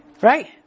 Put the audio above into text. right